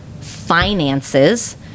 finances